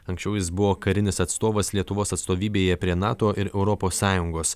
anksčiau jis buvo karinis atstovas lietuvos atstovybėje prie nato ir europos sąjungos